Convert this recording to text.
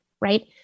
right